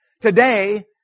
today